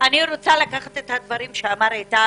אני רוצה להתייחס לדברים של איתי